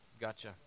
Gotcha